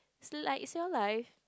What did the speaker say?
it's like it's your life